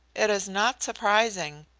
it is not surprising.